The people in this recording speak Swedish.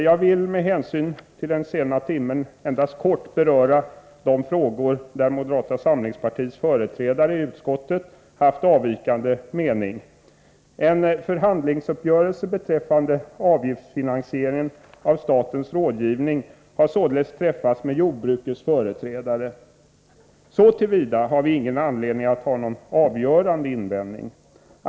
Jag vill med hänsyn till den sena timmen endast kort beröra de frågor där moderata samlingspartiets företrädare i utskottet haft avvikande mening. En förhandlingsuppgörelse beträffande avgiftsfinansieringen av statens rådgivning har träffats med jordbrukets företrädare. Så till vida har vi ingen anledning att ha någon avgörande invändning.